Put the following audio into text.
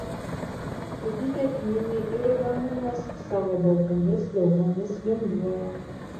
sudygę kmynai ir ramunės savo baltomis galvomis linguoja